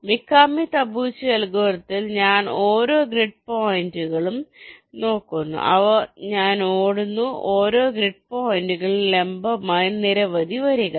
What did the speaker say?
Mikami Tabuchi ആൽഗരിതത്തിൽ ഞാൻ ഓരോ ഗ്രിഡ് പോയിന്റുകളും നോക്കുന്നു ഞാൻ ഓടുന്നു ഓരോ ഗ്രിഡ് പോയിന്റുകളിലും ലംബമായി നിരവധി വരികൾ